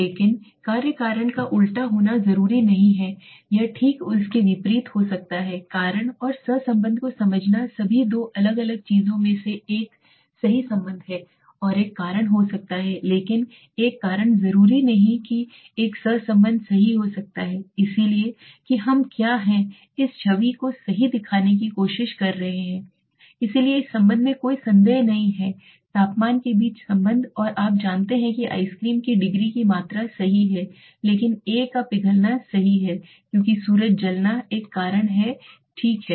लेकिन कार्य कारण का उल्टा होना जरूरी नहीं है या ठीक इसके विपरीत हो सकता है कारण और सहसंबंध को समझना सभी दो अलग अलग चीजों में से एक सही संबंध है एक कारण हो सकता है लेकिन एक कारण जरूरी नहीं कि एक सहसंबंध सही हो सकता है इसलिए कि हम क्या हैं इस छवि को सही दिखाने की कोशिश कर रहे हैं इसलिए इस संबंध में कोई संदेह नहीं है तापमान के बीच संबंध और आप जानते हैं कि आइसक्रीम की डिग्री की मात्रा सही है लेकिन ए का पिघलना सही है क्योंकि सूरज जलना एक कारण है ठीक है